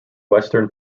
western